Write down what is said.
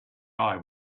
eye